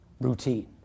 routine